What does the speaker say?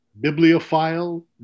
bibliophile